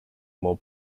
more